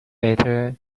better